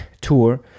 tour